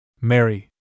Mary